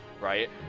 right